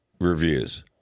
reviews